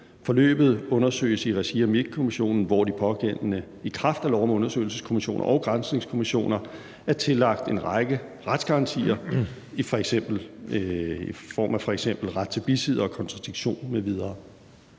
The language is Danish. Forløbet undersøges i regi af Minkkommissionen, hvor de pågældende i kraft af lov af undersøgelseskommissioner og granskningskommissioner er tillagt en række retsgarantier f.eks. i form af ret til bisidder og kontradiktion m.v.